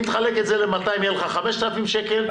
אם תחלק את זה ל-200 תגיע ל-5,000 שקלים.